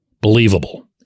believable